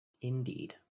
Indeed